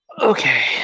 Okay